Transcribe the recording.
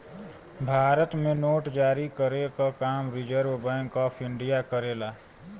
भारत में नोट जारी करे क काम रिज़र्व बैंक ऑफ़ इंडिया करेला